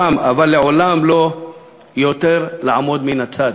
ולעולם, אבל לעולם, לעולם לא לעמוד עוד מן הצד,